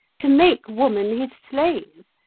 to make woman his slave.